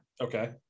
Okay